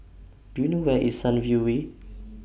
Do YOU know Where IS Sunview Way